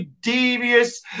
devious